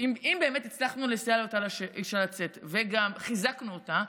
אם באמת הצלחנו לסייע לאותה אישה לצאת וגם חיזקנו אותה,